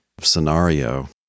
scenario